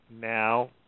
now